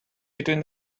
between